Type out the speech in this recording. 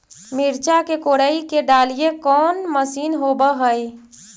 मिरचा के कोड़ई के डालीय कोन मशीन होबहय?